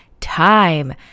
time